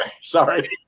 Sorry